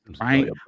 right